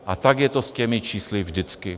A tak je to s těmi čísly vždycky.